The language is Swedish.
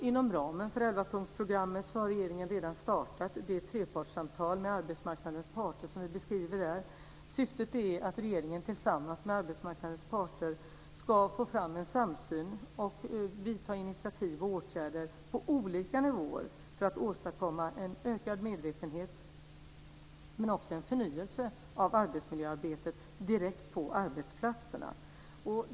Inom ramen för elvapunktsprogrammet har regeringen redan startat det trepartssamtal med arbetsmarknadens parter som vi bedriver. Syftet är att regeringen tillsammans med arbetsmarknadens parter ska få fram en samsyn och ta initiativ och vidta åtgärder på olika nivåer för att åstadkomma en ökad medvetenhet men också en förnyelse av arbetsmiljöarbetet direkt på arbetsplatserna.